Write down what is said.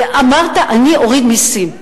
אמרת: אני אוריד מסים?